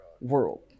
world